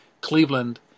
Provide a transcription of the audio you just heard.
Cleveland